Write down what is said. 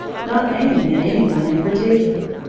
not aiming at any one in particular.